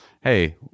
Hey